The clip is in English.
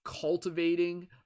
cultivating